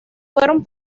fueron